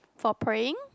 for praying